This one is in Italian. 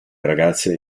ragazze